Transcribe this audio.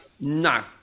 No